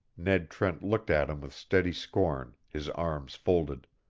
ned trent looked at him with steady scorn, his arms folded.